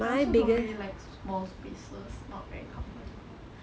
I also don't really like small spaces not very comfortable